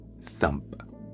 Thump